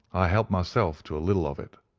i helped myself to a little of it.